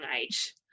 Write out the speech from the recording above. age